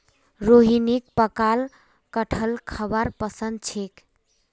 रोहिणीक पकाल कठहल खाबार पसंद छेक